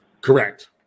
Correct